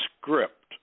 script